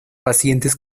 pacientes